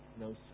no